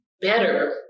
better